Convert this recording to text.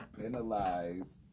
penalized